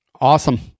Awesome